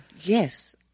Yes